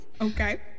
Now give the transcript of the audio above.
Okay